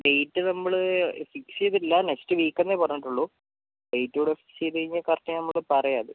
date നമ്മൾ fix ചെയ്തിട്ടില്ല next വീക്കെന്നെ പറഞ്ഞിട്ടുള്ളു ഡെയ്റ്റ് കൂടെ ഫിക്സ് ചെയ്ത് കഴിഞ്ഞാൽ കറക്റ്റ് നമ്മൾ പറയാം അത്